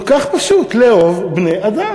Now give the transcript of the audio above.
כל כך פשוט: לאהוב בני-אדם.